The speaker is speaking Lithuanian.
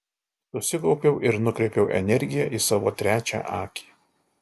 susikaupiau ir nukreipiau energiją į savo trečią akį